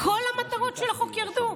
כל המטרות של החוק ירדו.